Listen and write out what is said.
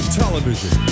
television